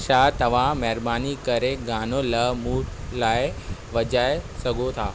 छा तव्हां महिरबानी करे गानो लव मूं लाइ वॼाए सघो था